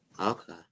okay